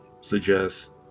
suggest